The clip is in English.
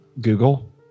Google